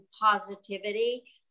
positivity